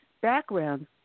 background